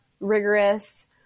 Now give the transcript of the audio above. rigorous